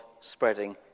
spreading